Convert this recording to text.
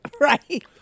right